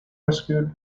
rescued